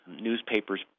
Newspapers